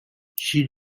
she